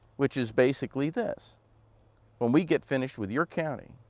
which is basically this when we get finished with your county,